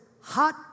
hot